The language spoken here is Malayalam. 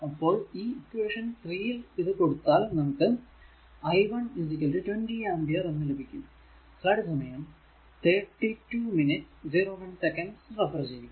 അപ്പോൾ ഈ ഇക്വേഷൻ 3 യിൽ ഇത് കൊടുത്താൽ നമുക്ക് i 1 20 ആംപിയർ എന്ന് ലഭിക്കും